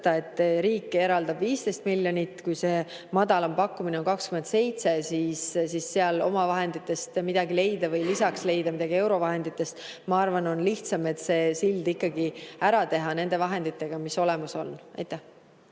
et riik eraldab 15 miljonit, aga madalaim pakkumine on 27 miljonit, siis seal omavahenditest midagi leida või lisaks leida midagi eurovahenditest, ma arvan, on lihtsam, et see sild ikkagi ära teha nende vahenditega, mis olemas on. Palun